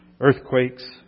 earthquakes